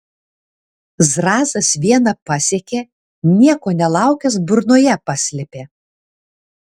zrazas vieną pasiekė nieko nelaukęs burnoje paslėpė